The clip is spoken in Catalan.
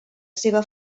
seva